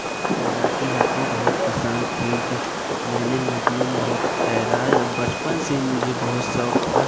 तैराकी हमको बहुत पसंद थी ग मैंने नदियों में बहुत तैरा है बचपन से मुझे बहुत शौक था